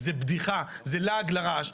זו בדיחה, זה לעג לרש.